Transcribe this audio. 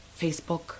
Facebook